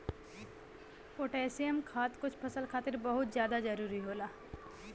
potassium खाद कुछ फसल खातिर बहुत जादा जरूरी होला